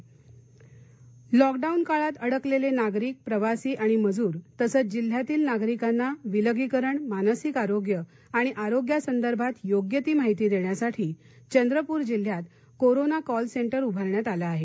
corona call centre lockdown काळात अडकलेले नागरिक प्रवासी आणि मजुर तसंच जिल्ह्यातील नागरिकांना विलगीकरण मानसिक आरोग्य आणि आरोग्यासंदर्भात योग्य ती माहिती देण्यासाठी चंत्रपूर जिल्ह्यात कोरोना कॉल सेंटर उभारण्यात आलं आहे